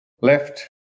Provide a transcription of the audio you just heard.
left